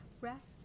rest